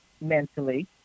mentally